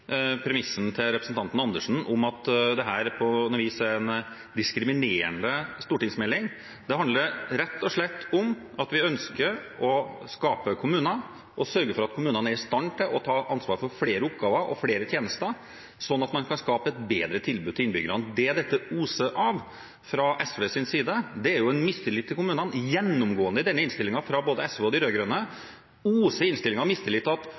premisset til representanten Andersen om at dette på noe vis er en diskriminerende stortingsmelding. Det handler rett og slett om at vi ønsker å skape kommuner og sørge for at kommunene er i stand til å ta ansvar for flere oppgaver og flere tjenester, slik at man kan skape et bedre tilbud til innbyggerne. Det dette oser av fra SVs side, er en mistillit til kommunene – det er gjennomgående i denne innstillingen fra både SV og de rød-grønne. Det oser i innstillingen av en mistillit